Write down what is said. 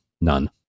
None